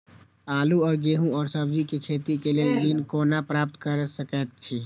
आलू और गेहूं और सब्जी के खेती के लेल ऋण कोना प्राप्त कय सकेत छी?